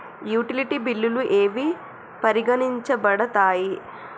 Utility బిల్లులు ఏవి పరిగణించబడతాయి?